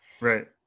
Right